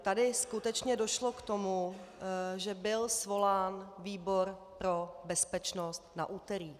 Tady skutečně došlo k tomu, že byl svolán výbor pro bezpečnost na úterý.